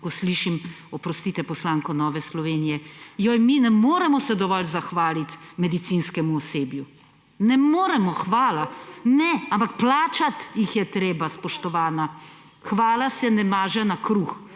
ko slišim, oprostite, poslanko Nove Slovenije, joj, mi se ne moremo dovolj zahvaliti medicinskemu osebju. Ne moremo! Hvala, ne! Ampak plačati jih je treba, spoštovana. Hvala se ne maže na kruh.